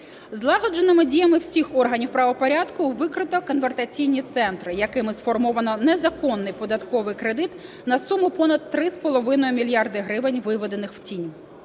Злагодженими діями всіх органів правопорядку викрито конвертаційні центри, якими сформовано незаконний податковий кредит на суму понад 3,5 мільярди гривень, виведених в тінь.